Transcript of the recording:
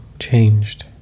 changed